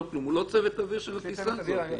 כלום הוא לא צוות אוויר של הטיסה הזאת.